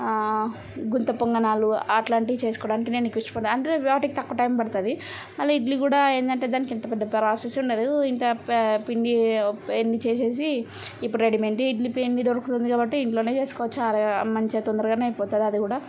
గుంత పొంగణాలు అట్లాంటియి చేసుకోడానికి నేను ఎక్కువ ఇష్టపడతా అంటే వాటికి తక్కువ టైం పడుతుంది మళ్ళీ ఇడ్లీ కూడా ఏంటంటే దానికింత పెద్ద ప్రాసెస్సుండదూ ఇంత పే పిండీ ఎన్ని చేసేసి ఇప్పుడు రెడీమెంట్ ఇడ్లీ పిండి దొరుకుతుంది కాబట్టి ఇంట్లోనే చేసుకోవచ్చు మంచిగా తొందరగానే అయిపోతుంది అది కూడా